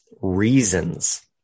reasons